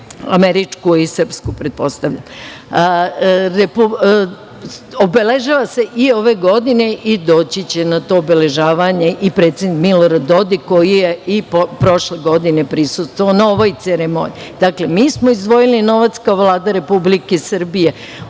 Republici Srpskoj. Obeležava se i ove godine i doći će na to obeležavanje i predsednik Milorad Dodik koji je i prošle godine prisustvovao ovoj ceremoniji. Dakle, mi smo izdvojili novac kao Vlada Republike Srbije,